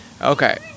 Okay